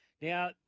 Now